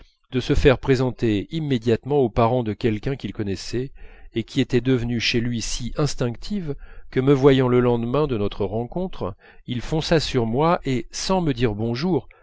de se faire présenter immédiatement aux parents de quelqu'un qu'il connaissait et qui était devenue chez lui si instinctive que me voyant le lendemain de notre rencontre il fonça sur moi et sans me dire bonjour